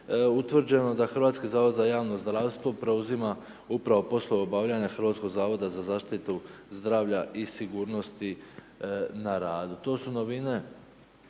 utvrđeno da Hrvatski zavod za javno zdravstvo preuzima upravo poslove obavljanja Hrvatskog zavoda za zaštitu zdravlja i sigurnosti na radu. To su novine